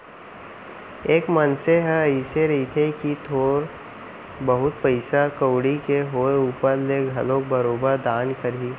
एक मनसे ह अइसे रहिथे कि थोर बहुत पइसा कउड़ी के होय ऊपर ले घलोक बरोबर दान करही